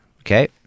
Okay